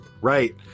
Right